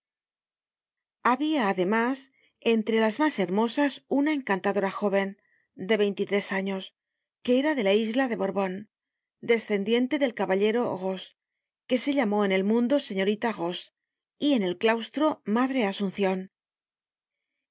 habia además entre las mas hermosas una encantadora jóven de veintitres años que era de la isla de borbon descendiente del caballero roze que se llamó en el mundo señorita roze y en el claustro madre asuncion